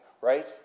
right